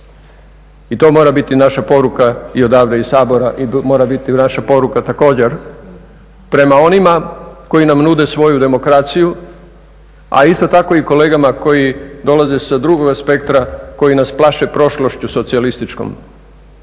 I to mora biti naša poruka i odavde iz Sabora i mora biti naša poruka također prema onima koji nam nude svoju demokraciju, a isto tako i kolegama koji dolaze sa drugoga spektra, koji nas plaše prošlošću socijalističkom.